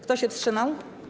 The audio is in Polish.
Kto się wstrzymał?